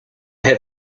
have